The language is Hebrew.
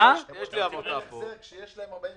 זה כנראה החזר כאשר יש להם אישור לעניין